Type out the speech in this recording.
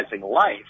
life